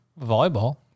Volleyball